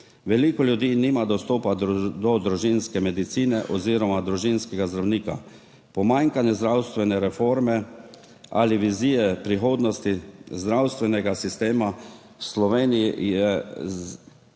Veliko ljudi nima dostopa do družinske medicine oziroma družinskega zdravnika. Pomanjkanje zdravstvene reforme ali vizije prihodnosti zdravstvenega sistema v Sloveniji –